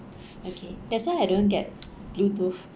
okay that's why I don't get bluetooth